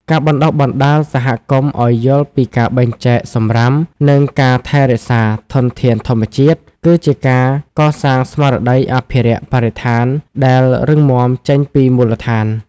ការបណ្ដុះបណ្ដាលសហគមន៍ឱ្យយល់ពីការបែងចែកសម្រាម និងការថែរក្សាធនធានធម្មជាតិ គឺជាការកសាងស្មារតីអភិរក្សបរិស្ថានដែលរឹងមាំចេញពីមូលដ្ឋាន។